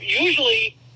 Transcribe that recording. usually